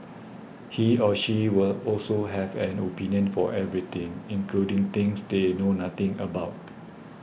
he or she will also have an opinion for everything including things they know nothing about